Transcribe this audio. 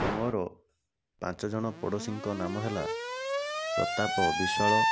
ମୋର ପାଞ୍ଚଜଣ ପଡ଼ୋଶୀଙ୍କ ନାମ ହେଲା ପ୍ରତାପ ବିଶ୍ୱାଳ